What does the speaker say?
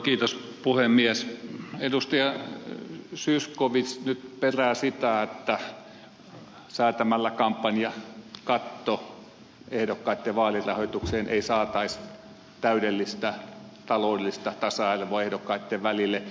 zyskowicz nyt perää sitä että säätämällä kampanjakatto ehdokkaitten vaalirahoitukseen ei saataisi täydellistä taloudellista tasa arvoa ehdokkaitten välille